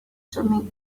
showing